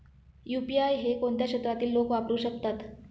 UPI हे कोणत्या क्षेत्रातील लोक वापरू शकतात?